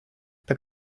так